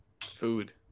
food